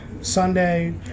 Sunday